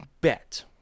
bet